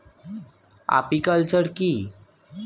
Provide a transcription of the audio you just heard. Apiculture কি?